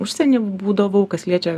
užsieny būdavau kas liečia